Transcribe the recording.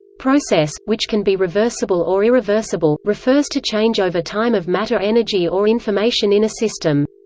process, which can be reversible or irreversible, refers to change over time of matter-energy or information in a system.